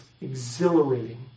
exhilarating